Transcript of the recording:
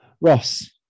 Ross